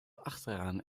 achteraan